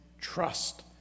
trust